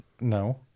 no